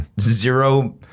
zero